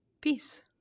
Peace